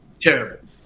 terrible